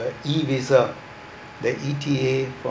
uh e-visa the E_T_A from